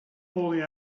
holding